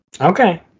Okay